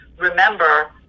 remember